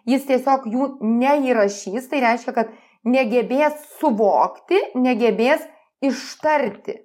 jis tiesiog jų neįrašys tai reiškia kad negebės suvokti negebės ištarti